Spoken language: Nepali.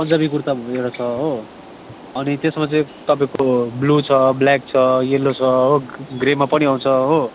पन्जाबी कुर्ता एउटा छ हो अनि त्यसमा चाहिँ तपाईँको ब्लू छ ब्ल्याक छ येल्लो छ हो ग्रेमा पनि आउँछ हो